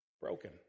broken